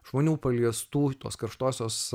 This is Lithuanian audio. žmonių paliestų tos karštosios